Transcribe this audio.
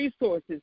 resources